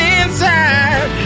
inside